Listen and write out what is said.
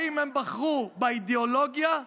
אם הם בחרו באידיאולוגיה,